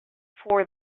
for